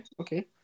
okay